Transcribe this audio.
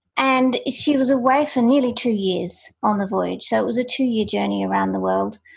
and she was away for nearly two years on the voyage, so it was a two-year journey around the world,